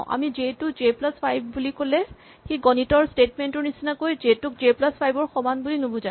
আমি জে টো z plus five ৰ বুলি ক'লে সি গণিতৰ স্টেটমেন্ট ৰ নিচিনাকৈ জে টোক জে প্লাচ ফাইভ ৰ সমান বুলি নুবুজায়